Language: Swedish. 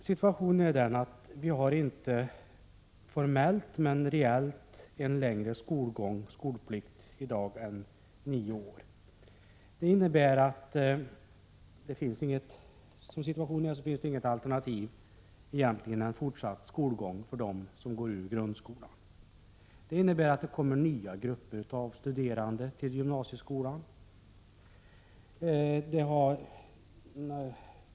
Herr talman! Vi har i dag, inte formellt men reellt, en längre skolplikt än nio år. Situationen är den att det egentligen inte finns något annat alternativ än fortsatt skolgång för dem som gått ut grundskolan. Det innebär att det kommer nya grupper av studerande till gymnasieskolan.